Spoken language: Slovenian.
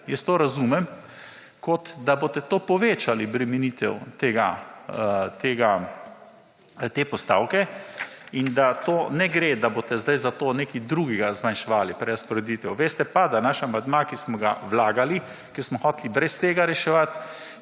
Jaz to razumem kot, da boste povečali bremenitev te postavke in da to ne gre, da boste sedaj za to nekaj drugega zmanjševali prerazporeditev. Veste pa, da naš amandma, ki smo ga vlagali, kjer smo hoteli brez tega reševati